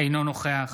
אינו נוכח